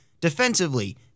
Defensively